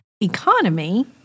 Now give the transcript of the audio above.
economy